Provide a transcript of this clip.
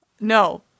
No